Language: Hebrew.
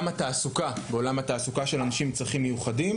התעסוקה של אנשים עם צרכים מיוחדים.